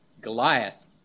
Goliath